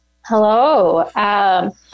Hello